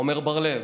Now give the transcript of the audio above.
עמר בר לב,